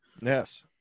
Yes